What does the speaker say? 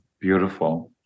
Beautiful